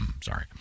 Sorry